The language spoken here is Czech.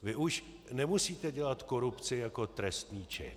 Vy už nemusíte dělat korupci jako trestný čin.